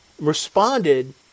responded